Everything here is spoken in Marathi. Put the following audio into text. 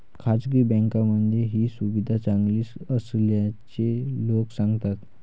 खासगी बँकांमध्ये ही सुविधा चांगली असल्याचे लोक सांगतात